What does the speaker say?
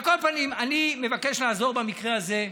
על כל פנים, אני מבקש לעזור בנושא הזה,